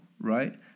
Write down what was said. right